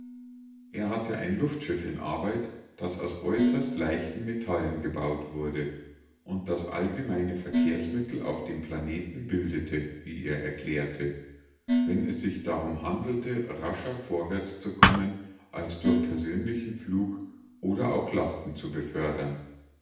er hatte ein luftschiff in arbeit das aus äußerst leichten metallen gebaut wurde und das allgemeine verkehrsmittel auf dem planeten bildete wie er erklärte wenn es sich darum handelte rascher vorwärts zu kommen als durch persönlichen flug oder auch lasten zu befördern